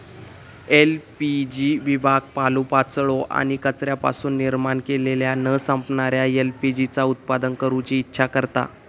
LPG विभाग पालोपाचोळो आणि कचऱ्यापासून निर्माण केलेल्या न संपणाऱ्या एल.पी.जी चा उत्पादन करूची इच्छा करता